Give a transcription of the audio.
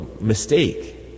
mistake